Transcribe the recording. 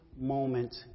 moment